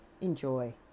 Enjoy